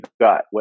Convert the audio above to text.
got